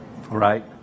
right